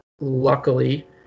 luckily